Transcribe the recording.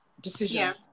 decision